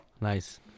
Nice